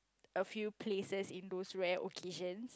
a few places in those rare occasion